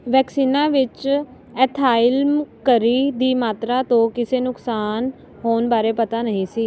ਵੈਕਸੀਨਾਂ ਵਿੱਚ ਐਥਾਈਲਮਰਕਰੀ ਦੀ ਮਾਤਰਾ ਤੋਂ ਕਿਸੇ ਨੁਕਸਾਨ ਹੋਣ ਬਾਰੇ ਪਤਾ ਨਹੀਂ ਸੀ